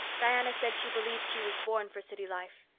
diana said she believed she was born for city life.